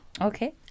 Okay